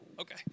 Okay